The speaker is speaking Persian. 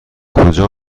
کجا